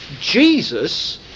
Jesus